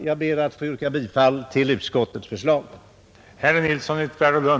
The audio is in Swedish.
Jag ber att få yrka bifall till utskottets hemställan.